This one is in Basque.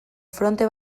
fronte